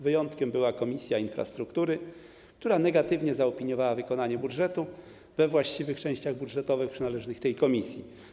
Wyjątkiem była Komisja Infrastruktury, która negatywnie zaopiniowała wykonanie budżetu we właściwych częściach budżetowych przynależnych tej komisji.